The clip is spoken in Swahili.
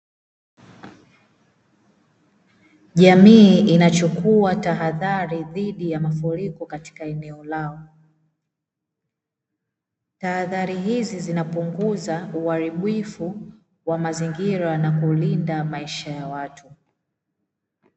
Jamii inachukua tahadhari dhidi ya mafuriko katika maeneo yao, tahadhari hizi zinapunguza uharibifu wa mazingira na kulinda maisha ya watu .